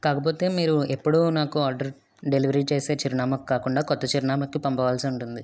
కాకపోతే మీరు ఎప్పుడు నాకు ఆర్డర్ డెలివరీ చేసే చిరునామాకు కాకుండా కొత్త చిరునామాకి పంపవలసి ఉంటుంది